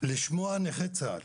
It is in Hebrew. לשמוע נכה צה"ל